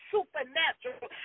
supernatural